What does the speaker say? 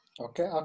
Okay